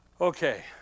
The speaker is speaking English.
Okay